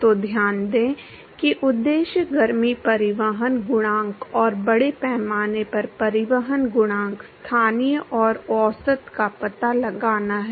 तो ध्यान दें कि उद्देश्य गर्मी परिवहन गुणांक और बड़े पैमाने पर परिवहन गुणांक स्थानीय और औसत का पता लगाना है